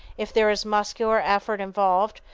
if there is muscular effort involved,